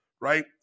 right